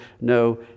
No